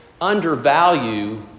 undervalue